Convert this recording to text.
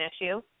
issue